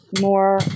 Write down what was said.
more